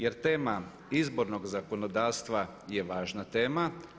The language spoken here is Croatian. Jer tema izbornog zakonodavstva je važna tema.